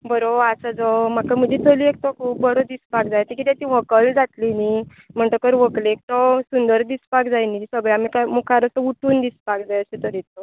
बरो आसा जर म्हाका म्हजे चलयेक तो खूब बरो दिसपाक जाय कित्याक ती व्हंकल जातली न्हू म्हणटकच व्हंकलेक तो सुंदर दिसपाक जाय न्हू सगळ्यां मीक मुखार असो उठून दिसपाक जाय अशे तरेचो